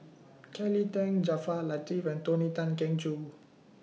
Kelly Tang Jaafar Latiff and Tony Tan Keng Joo